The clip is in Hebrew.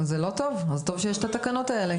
אז זה לא טוב, אז טוב שיש את התקנות האלה.